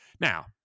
Now